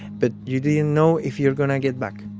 but you didn't know if you were going to get back